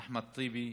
אחמד טיבי,